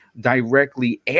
directly